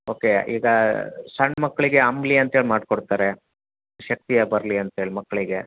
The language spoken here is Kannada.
ಓಕೆ ಈಗ ಸಣ್ಣ ಮಕ್ಕಳಿಗೆ ಅಂಬಲಿ ಅಂತೇಳಿ ಮಾಡಿಕೊಡ್ತಾರೆ ಶಕ್ತಿಯು ಬರಲಿ ಅಂತೇಳಿ ಮಕ್ಕಳಿಗೆ